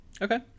Okay